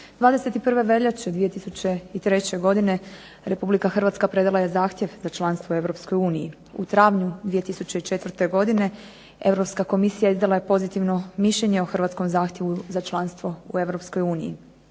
21. veljače 2003. godine Republika Hrvatska predala je zahtjev za članstvo u Europskoj uniji. U travnju 2004. godine Europska Komisija izdala je pozitivno mišljenje o hrvatskom zahtjevu za članstvo u